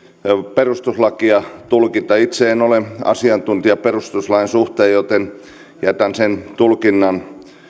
perustuslakia tulkita itse en ole asiantuntija perustuslain suhteen joten jätän sen tulkinnan